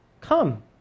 Come